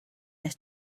nes